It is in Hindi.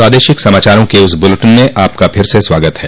प्रादेशिक समाचारों के इस बुलेटिन में आपका फिर से स्वागत है